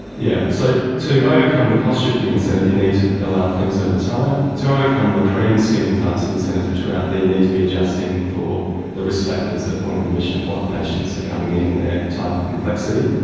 yeah so to overcome the cost-shifting incentive you need to allow for things over time. to overcome the cream skimming types of incentives which are out there you need to be adjusting for the risk factors at point of admission, what patients are coming in and their type of complexity.